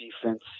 defense